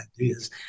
ideas